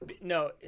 No